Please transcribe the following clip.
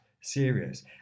serious